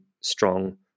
strong